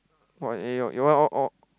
!wah! eh your your one all all